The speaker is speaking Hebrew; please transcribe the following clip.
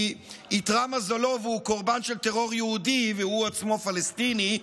כי איתרע מזלו והוא קורבן של טרור יהודי והוא עצמו פלסטיני,